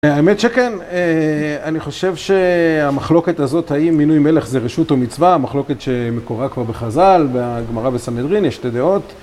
האמת שכן, אני חושב שהמחלוקת הזאת, האם מינוי מלך זה רשות או מצווה, מחלוקת שמקורה כבר בחז'ל, בהגמרה בסנהדרין, יש שתי דעות.